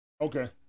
Okay